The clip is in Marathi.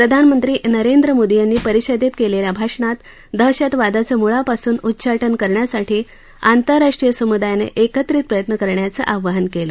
प्रधानमंत्री नरेंद्र मोदी यांनी परिषदेत केलेल्या भाषणात दहशतवादाचं मुळापासून उच्चाटन करण्यासाठी आंतरराष्ट्रीय समुदायानं एकत्रित प्रयत्न करण्याचं आवाहन केलं